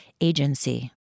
agency